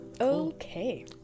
Okay